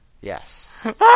Yes